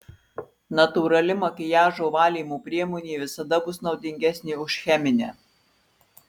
natūrali makiažo valymo priemonė visada bus naudingesnė už cheminę